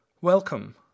welcome